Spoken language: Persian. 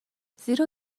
زیرا